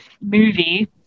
movie